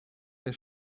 der